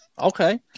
Okay